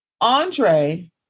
Andre